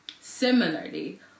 Similarly